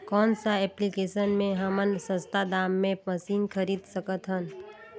कौन सा एप्लिकेशन मे हमन सस्ता दाम मे मशीन खरीद सकत हन?